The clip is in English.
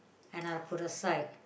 and I'll put aside